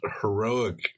heroic